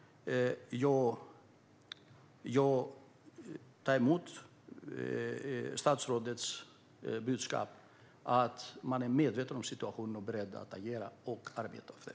Jag tar emot statsrådets budskap att man är medveten om situationen och beredd att agera och arbeta därefter.